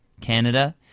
Canada